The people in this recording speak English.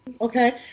okay